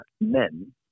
men